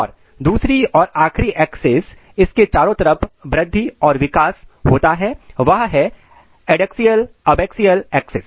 और दूसरी और आखिरी एक्सेस इसके चारों तरफ वृद्धि और विकास होता है वह है एडेक्सियल अबेक्सियल एक्सेस